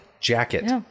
jacket